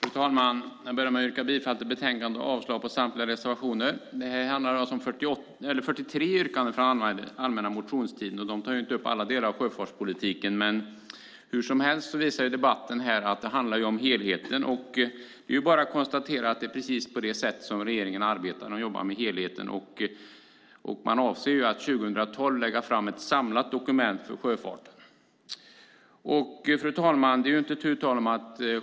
Fru talman! Jag börjar med att yrka bifall till förslagen i betänkandet och avslag på samtliga reservationer. Det är 43 yrkanden från den allmänna motionstiden. De tar inte upp alla delar av sjöfartspolitiken. Debatten visar att det handlar om helheten. Det är precis så regeringen arbetar; man jobbar med helheten. Man avser att 2012 lägga fram ett samlat dokument för sjöfarten.